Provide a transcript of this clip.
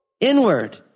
Inward